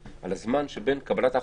על הזמן שבין קבלת ההחלטה,